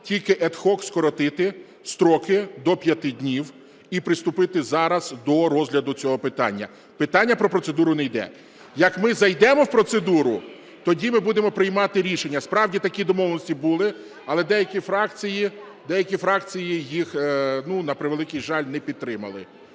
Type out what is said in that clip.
тільки ad hoc скоротити строки до 5 днів і приступити зараз до розгляду цього питання. Питання про процедуру не йде. Як ми зайдемо в процедуру, тоді ми будемо приймати рішення. Справді, такі домовленості були, але деякі фракції їх, на превеликий жаль, не підтримали.